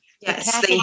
Yes